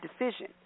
decision